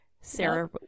Sarah